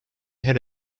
had